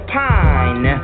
pine